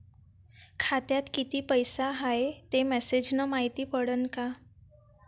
खात्यात किती पैसा हाय ते मेसेज न मायती पडन का?